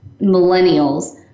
millennials